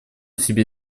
себе